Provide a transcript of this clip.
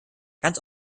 ganz